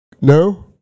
No